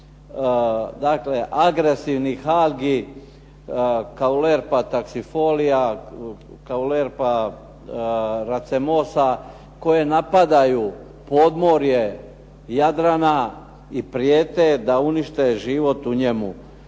dakle agresivnih algi kao … /Govornik se ne razumije./… koje napadaju podmorje Jadrana i prijete da unište život u njemu.